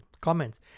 Comments